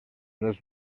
dels